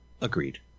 Agreed